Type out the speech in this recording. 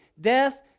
Death